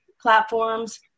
platforms